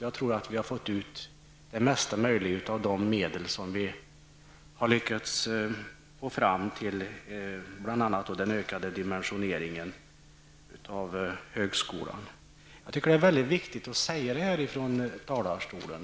Jag tror att vi har fått ut det mesta möjliga av de medel som vi har lyckats få fram till bl.a. den ökade dimensioneringen av högskolan. Jag tror att det är viktigt att säga detta från talarstolen.